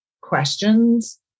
questions